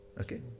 okay